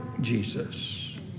Jesus